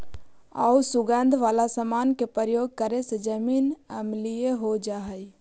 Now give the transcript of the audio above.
आउ सुगंध वाला समान के प्रयोग करे से जमीन अम्लीय हो जा हई